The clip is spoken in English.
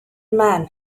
man